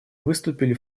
выступили